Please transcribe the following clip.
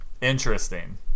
interesting